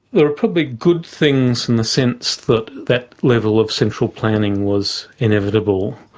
there are probably good things in the sense that that level of central planning was inevitable,